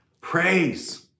praise